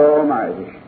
Almighty